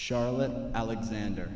charlotte alexander